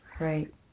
Right